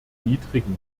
niedrigen